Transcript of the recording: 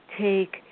take